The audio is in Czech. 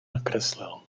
nakreslil